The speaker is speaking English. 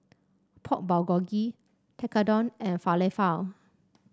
Pork Bulgogi Tekkadon and Falafel